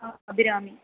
ஆ Abirami